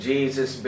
Jesus